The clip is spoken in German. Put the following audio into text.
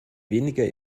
weniger